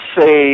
say